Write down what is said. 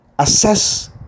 Assess